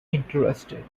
interested